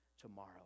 tomorrow